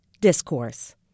discourse